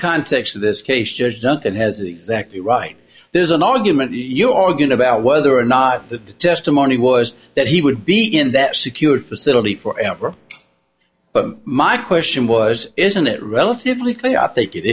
context of this case judge duncan has exactly right there's an argument you're arguing about whether or not the testimony was that he would be in that secure facility forever but my question was isn't it relatively clear i think it